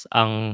ang